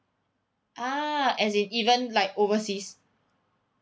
ah as in even like overseas